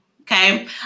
Okay